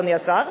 אדוני השר,